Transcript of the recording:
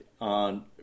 on